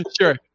sure